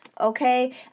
Okay